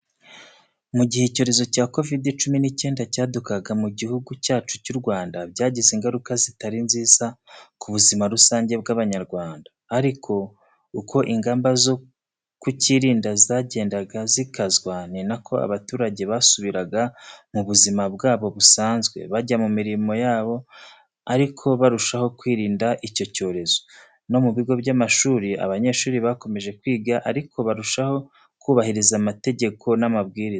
Mu gihe icyorezo cya kovidi cumi n'icyenda cyadukaga mu gihugu cyacu cy'u Rwanda, byagize ingaruka zitari nziza ku buzima rusange bw'Abanyarwanda. Ariko uko ingamba zo kukirinda zagendaga zikazwa n'inako abaturage basubiraga mu buzima bwabo busanzwe, bajya mu mirimo yabo ariko barushaho kwirinda icyo cyorezo. No mu bigo by'amashuri abanyeshuri bakomeje kwiga ariko barushaho kubahiriza amategeko n'amabwiriza.